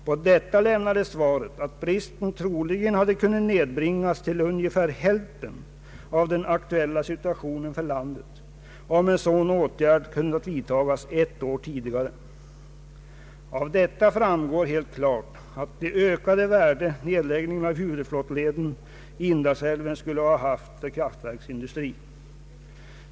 På detta lämnades svaret, att bristen troligen hade kunnat nedbringas till ungefär hälften av den aktuella situationen för landet, om en sådan åtgärd kunnat vidtagas ett år tidigare. Av detta framgår helt klart det ökade värde nedläggning av huvudflottleden i Indalsälven skulle ha haft för kraftverksindustrin.